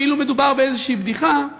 כאילו מדובר באיזושהי בדיחה,